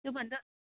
त्यो भन्दा